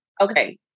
Okay